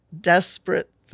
desperate